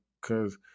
cause